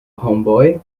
homeboy